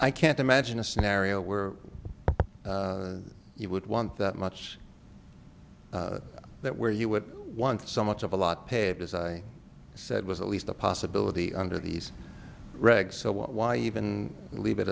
i can't imagine a scenario where you would want that much that where you would want so much of a lot paved as i said was at least a possibility under these regs so why even leave it